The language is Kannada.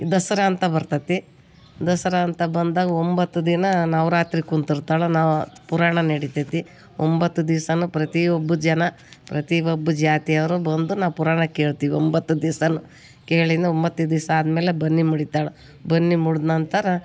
ದಸ್ರಾ ಅಂತ ಬರ್ತದೆ ದಸ್ರಾ ಅಂತ ಬಂದಾಗ ಒಂಬತ್ತು ದಿನ ನವ ರಾತ್ರಿಗೆ ಕುಂತಿರ್ತಾಳೆ ನಾವು ಪುರಾಣ ನಡೀತದೆ ಒಂಬತ್ತು ದಿವ್ಸಾ ಪ್ರತಿ ಒಬ್ಬ ಜನ ಪ್ರತಿ ಒಬ್ಬ ಜಾತಿಯವರು ಬಂದು ನಾವು ಪುರಾಣ ಕೇಳ್ತಿವಿ ಒಂಬತ್ತು ದಿವ್ಸಾ ಕೇಳೀನಿ ಒಂಬತ್ತು ದಿವ್ಸಾ ಆದಮೇಲೆ ಬನ್ನಿ ಮುಡಿತಾಳೆ ಬನ್ನಿ ಮುಡ್ದ ನಂತರ